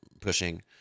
pushing